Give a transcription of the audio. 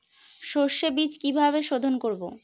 সর্ষে বিজ কিভাবে সোধোন করব?